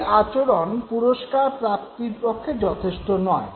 এই আচরণ পুরস্কার প্রাপ্তির পক্ষে যথেষ্ট নয়